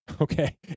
okay